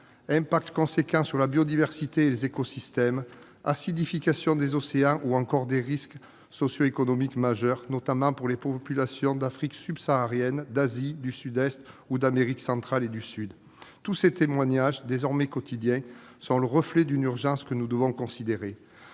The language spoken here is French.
impact important sur la biodiversité et les écosystèmes, acidification des océans ou encore risques socio-économiques majeurs, notamment pour les populations d'Afrique subsaharienne, d'Asie du Sud-Est, d'Amérique centrale et du Sud. Ces témoignages, désormais quotidiens, sont le reflet d'une urgence que nous devons considérer.